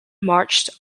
marched